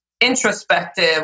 introspective